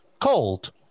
cold